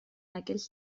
aquells